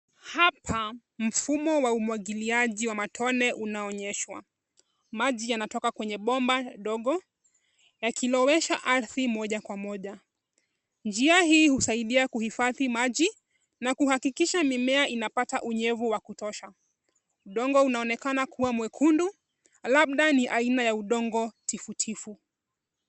Hapa mfumo wa umwagiliaji wa matone unaonyeshwa. Maji yanatoka kwenye bomba dogo yakilowesha ardhi moja kwa moja. Njia hii husaidia kuhifadhi maji na kuhakikisha mimea inapata unyevu wa kutosha. Udongo unaonekana kuwa mwekundu labda ni aina ya udongo tifu tifu.